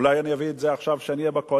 אולי אני אביא את זה עכשיו כשאני אהיה בקואליציה.